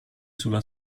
sulla